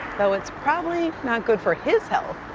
so it's probably not good for his health.